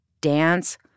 dance